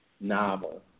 novel